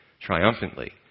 triumphantly